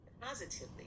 positively